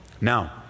Now